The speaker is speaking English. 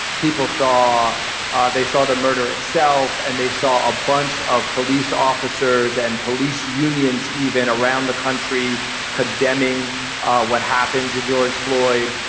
people saw ah they saw the murder itself and they saw a bunch of police officers and police unions even around the country condemning what happened to george floyd.